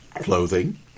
clothing